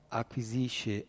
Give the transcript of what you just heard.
acquisisce